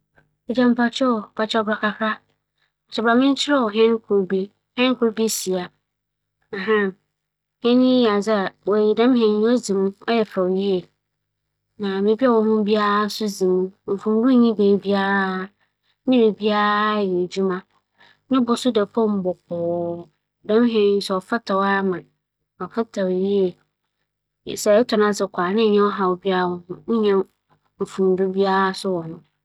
Hɛn a osi hͻ yi ebɛyɛ w'adwen dɛ no bo yɛ dzen naaso nokwarsɛm nyi iyi ntsi dɛ hɛn bi a woetwuw no aborͻkyir ama agogow ma wͻdze brɛ hom ha ma wͻtͻ no bi. Iyi amon koraa na m'akera medze aba morotͻn ama hͻn ntsi sɛ erotͻ a iyi ͻntse dɛ biribi a wͻasesa adze bi wͻ ho ntsi ͻrebɛsɛ ma akͻtͻ fofor ahyɛ ananmu. Ma ͻyɛ hu so mpo nye dɛ, iyi wͻmfa fangow na wͻdze twuw o, nsu ara na ohia ntsi tͻ na nnsɛ wo sika.